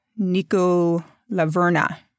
Nikolaverna